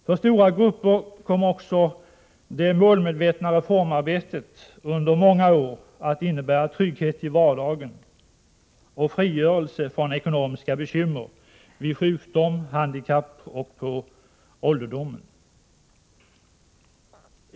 För stora grupper kom också det målmedvetna reformarbetet under många år att innebära trygghet i vardagen och frigörelse från ekonomiska bekymmer vid sjukdom och handikapp och på ålderdomen.